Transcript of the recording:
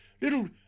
Little